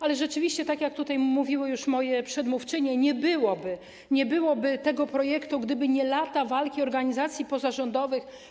Jednak rzeczywiście, tak jak tutaj mówiły już moje przedmówczynie, nie byłoby tego projektu, gdyby nie lata walki organizacji pozarządowych.